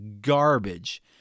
garbage